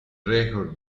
record